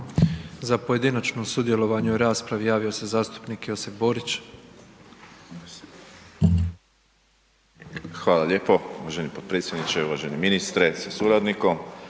Za pojedinačno sudjelovanje u raspravi javio se zastupnik Josip Borić. **Borić, Josip (HDZ)** Hvala lijepo. Uvaženi potpredsjedniče, uvaženi ministre sa suradnikom,